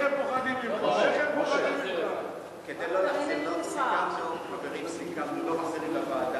חברים, סיכמנו שלא מחזירים לוועדה.